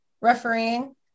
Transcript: Refereeing